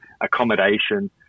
accommodation